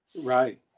Right